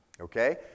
okay